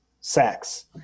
sex